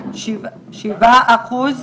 שבעה אחוזים,